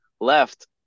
left